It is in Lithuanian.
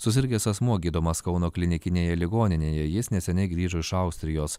susirgęs asmuo gydomas kauno klinikinėje ligoninėje jis neseniai grįžo iš austrijos